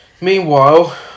Meanwhile